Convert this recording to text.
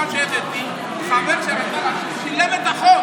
הדוגמה שהבאתי: חבר שלי שילם את החוב,